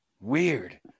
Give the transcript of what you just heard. Weird